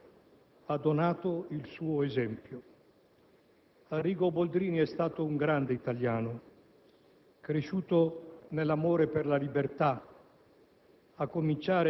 All'italia ha donato il suo esempio. Arrigo Boldrini è stato un grande italiano, cresciuto nell'amore per la libertà,